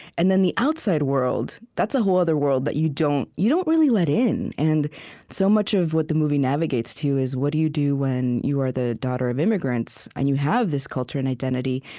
and then the outside world, that's a whole other world that you don't you don't really let in. and so much of what the movie navigates too is, what do you do when you are the daughter of immigrants, and you have this culture and identity,